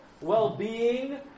well-being